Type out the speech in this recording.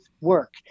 work